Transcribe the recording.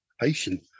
patient